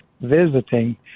visiting